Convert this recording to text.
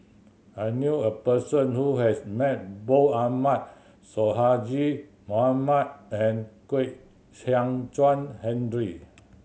I knew a person who has met both Ahmad Sonhadji Mohamad and Kwek Chuan Henry